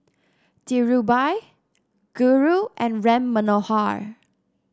Dhirubhai Guru and Ram Manohar